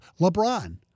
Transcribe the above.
LeBron